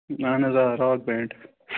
اہن حظ آ راک بینٛڈ